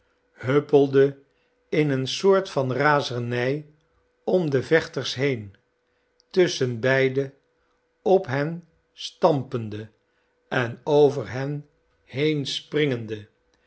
huppelde in eene soort van razernij om de vechters heen tusschenbeide op hen stampende en over hen heen springende